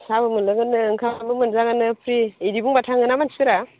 साहाबो मोनलोंगोननो ओंखामबो मोनजागोननो फ्रि इदि बुंब्ला थाङोना मानसिफोरा